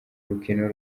rukino